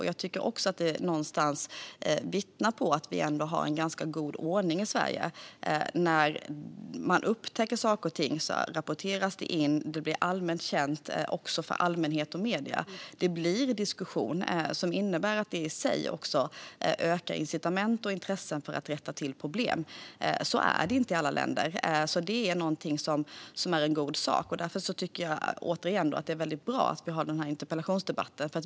Jag tycker också att det någonstans vittnar om att vi har en ganska god ordning i Sverige: När man upptäcker saker och ting rapporteras det in, och det blir allmänt känt också för allmänhet och medier. Det blir diskussion, vilket i sig ökar incitamenten och intresset för att rätta till problem. Så är det inte i alla länder. Detta är alltså en god sak, och därför tycker jag att det är väldigt bra att vi har den här interpellationsdebatten.